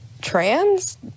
Trans